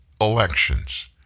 elections